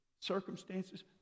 circumstances